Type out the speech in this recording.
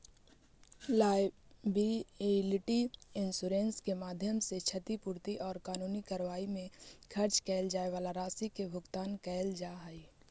liability insurance के माध्यम से क्षतिपूर्ति औउर कानूनी कार्रवाई में खर्च कैइल जाए वाला राशि के भुगतान कैइल जा हई